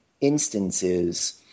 instances